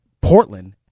Portland